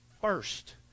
first